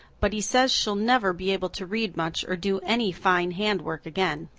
but he says she'll never be able to read much or do any fine hand-work again.